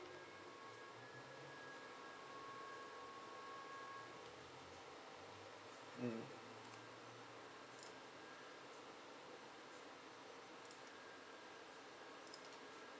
mm